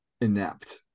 inept